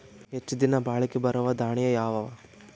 ಹೆಚ್ಚ ದಿನಾ ಬಾಳಿಕೆ ಬರಾವ ದಾಣಿಯಾವ ಅವಾ?